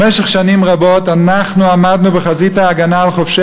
במשך שנים רבות אנחנו עמדנו בחזית ההגנה על חובשי